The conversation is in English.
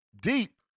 deep